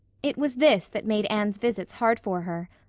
it was this that made anne's visits hard for her.